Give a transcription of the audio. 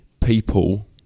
people